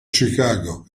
chicago